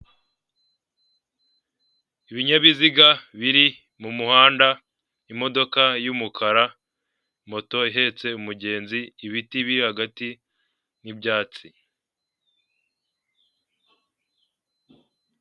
Umunyamakuru fatakumavuta yambaye amapingu ari kumwe n'umuporisi inyuma ye. Fatakumavuta akaba afite n'agacupa mu noki k'amazi akaba yambaye ishati y'umukara n'ipantaro ya girini n'amarinete.